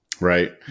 right